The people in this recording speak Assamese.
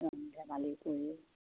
ৰং ধেমালি কৰি